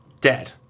dead